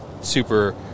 super